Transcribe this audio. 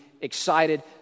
excited